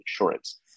insurance